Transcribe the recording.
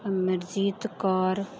Amarjit Kaur